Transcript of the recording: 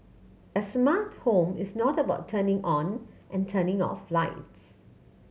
a smart home is not about turning on and turning off lights